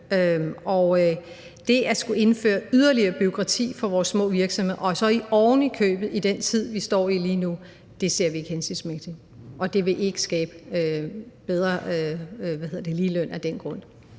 og at skulle indføre yderligere bureaukrati for vores små virksomheder og så ovenikøbet i den tid, vi er i lige nu, ser vi ikke som noget hensigtsmæssigt. Og det vil ikke skabe bedre ligeløn af den grund.